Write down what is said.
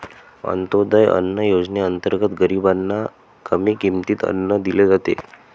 अंत्योदय अन्न योजनेअंतर्गत गरीबांना कमी किमतीत अन्न दिले जाते